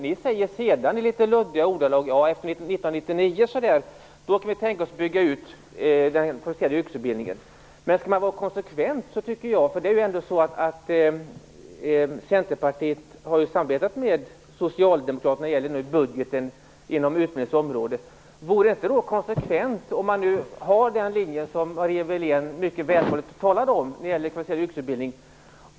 Ni säger sedan i litet luddiga ordalag att ni kan tänka er att bygga ut den kvalificerade yrkesutbildningen efter 1999. Centerpartiet har ju samarbetat med Socialdemokraterna när det gäller den här budgeten inom utbildningens område, och Marie Wilén har mycket vältaligt talat om den kvalificerade yrkesutbildningen.